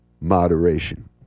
moderation